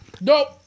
Nope